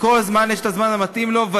לכל דבר יש הזמן המתאים לו.